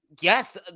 Yes